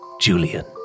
Julian